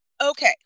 Okay